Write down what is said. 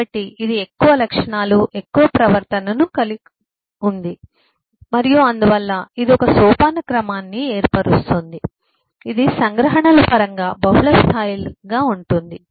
కాబట్టి ఇది ఎక్కువ లక్షణాలు ఎక్కువ ప్రవర్తనను కలిగి ఉంది మరియు అందువల్ల ఇది ఒక సోపానక్రమాన్ని ఏర్పరుస్తుంది ఇది సంగ్రహణల పరంగా బహుళ స్థాయిగా ఉంటుంది